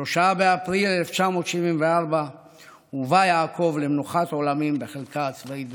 ב-3 באפריל 1974 הובא יעקב למנוחת עולמים בחלקה הצבאית בשדרות.